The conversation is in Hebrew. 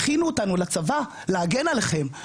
הכינו אותנו לצבא להגן עליכם.